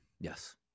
Yes